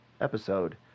episode